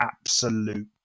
absolute